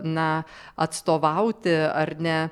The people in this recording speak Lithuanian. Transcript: na atstovauti ar ne